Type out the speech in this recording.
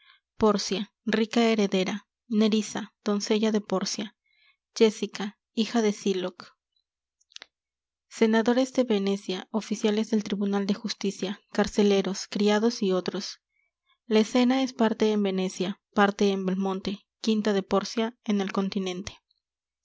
pórcia rica heredera nerissa doncella de pórcia jéssica hija de sylock senadores de venecia oficiales del tribunal de justicia carceleros criados y otros la escena es parte en venecia parte en belmonte quinta de pórcia en el continente